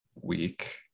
week